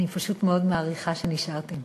אני פשוט מאוד מעריכה אתכם שנשארתם.